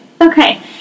okay